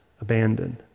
abandoned